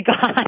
God